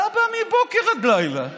אתה בא, מבוקר עד לילה מדבר: